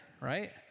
right